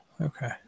okay